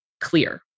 clear